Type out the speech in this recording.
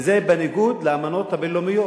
וזה בניגוד לאמנות הבין-לאומיות,